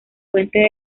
fuente